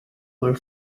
were